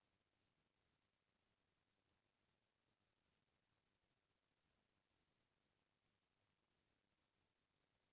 गॉँव के निस्तारी वाला तरिया डबरी म जानवर ल पानी नइ पियाना चाही अउ न नहवाना चाही